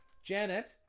Janet